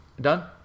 Done